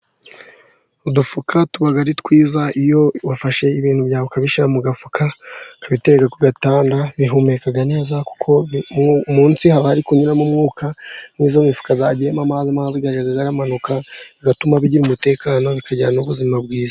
Udufuka tuba ari twiza, iyo wafashe ibintu byawe ukabishyira mu gafuka ukabitereka ku gatanda, bihumeka neza kuko munsi haba hari kunyuramo umwuka. Iyo iyo mifuka yagiyemo amazi, amazi agenda amanuka bigatuma bigira umutekano, bikagira n' ubuzima bwiza.